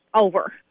over